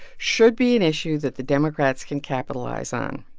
should be an issue that the democrats can capitalize on.